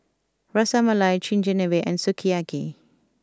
Ras Malai Chigenabe and Sukiyaki